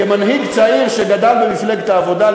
כמנהיג צעיר שגדל במפלגת העבודה,